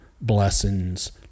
blessings